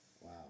Wow